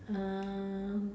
uh